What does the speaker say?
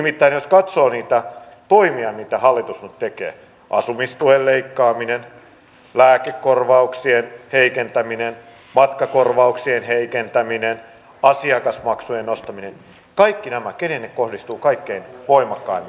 nimittäin jos katsoo niitä toimia mitä hallitus nyt tekee asumistuen leikkaaminen lääkekorvauksien heikentäminen matkakorvauksien heikentäminen asiakasmaksujen nostaminen kaikki nämä keneen ne kohdistuvat kaikkein voimakkaimmin